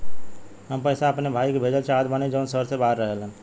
हम पैसा अपने भाई के भेजल चाहत बानी जौन शहर से बाहर रहेलन